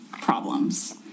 problems